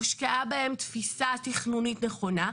הושקעה בהן תפיסה תכנונית נכונה,